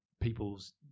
people's